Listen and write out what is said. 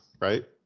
right